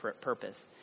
purpose